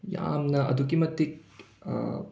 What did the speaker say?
ꯌꯥꯝꯅ ꯑꯗꯨꯛꯀꯤ ꯃꯇꯤꯛ